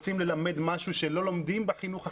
למידה של משהו שלא לומדים בחינוך החרדי.